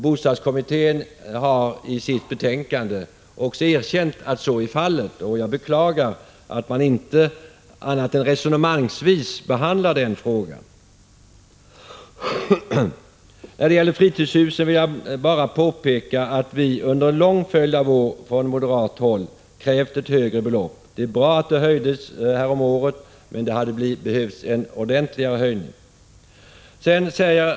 Bostadskommittén har i sitt betänkande också erkänt att så är fallet, och jag beklagar att man inte annat än resonemangsvis behandlar den frågan. När det gäller gränsen för skattefri hyresinkomst för fritidshus vill jag bara påpeka att vi under en lång följd av år från moderat håll har krävt ett högre belopp. Det är bra att det höjdes häromåret, men det hade behövts en större höjning.